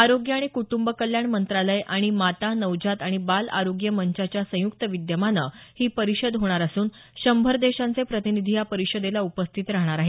आरोग्य आणि कुटंब कल्याण मंत्रालय आणि माता नवजात आणि बालआरोग्य मंचाच्या संयुक्त विद्यमानं ही परिषद होणार असून शंभर देशांचे प्रतिनिधी या परिषदेला उपस्थित राहणार आहेत